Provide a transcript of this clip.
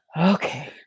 Okay